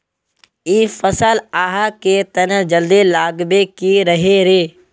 इ फसल आहाँ के तने जल्दी लागबे के रहे रे?